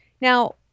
now